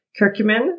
curcumin